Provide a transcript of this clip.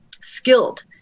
skilled